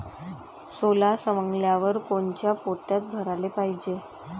सोला सवंगल्यावर कोनच्या पोत्यात भराले पायजे?